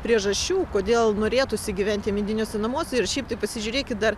priežasčių kodėl norėtųsi gyventi mediniuose namuose ir šiaip tai pasižiūrėkit dar